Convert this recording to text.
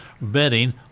betting